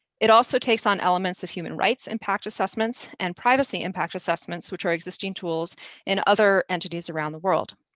it also takes on elements of human rights impact assessments and privacy impact assessments, which are existing tools in other entities around the world.